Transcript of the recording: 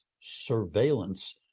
surveillance